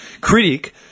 critic